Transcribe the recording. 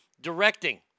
Directing